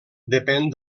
depèn